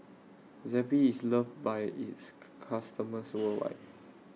Zappy IS loved By its customers worldwide